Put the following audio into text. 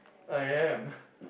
I am